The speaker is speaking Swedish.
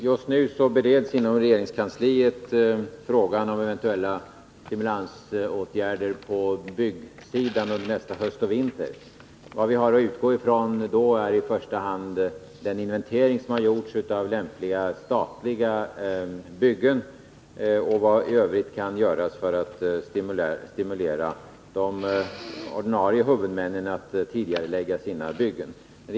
Fru talman! Just nu bereds inom regeringskansliet frågan om eventuella stimulansåtgärder på byggsidan under nästa höst och vinter. Vad vi har att utgå ifrån är i första hand den inventering som har gjorts av lämpliga statliga byggen och vad som i övrigt kan göras för att stimulera de ordinarie huvudmännen att tidigarelägga sina byggen.